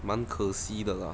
蛮可惜的啦